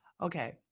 Okay